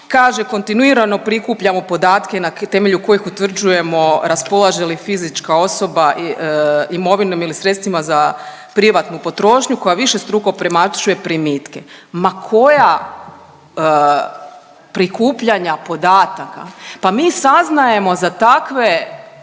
kaže kontinuirano prikupljamo podatke na temelju kojih utvrđujemo raspolaže li fizička osoba imovinom ili sredstvima za privatnu potrošnju koja višestruko premašuje primitke. Ma koja prikupljanja podataka? Pa mi saznajemo za takve